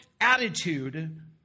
attitude